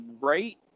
rate